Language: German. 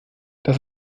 das